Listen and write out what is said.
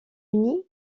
uni